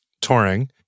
touring